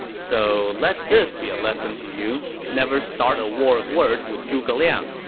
so let this be a lesson to you never start a war of words with zhuge liang.